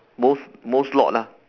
most most lot lah